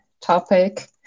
topic